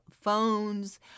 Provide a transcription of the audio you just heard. phones